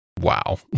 wow